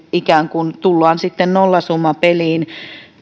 ikään kuin tullaan sitten nollasummapeliin